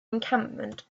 encampment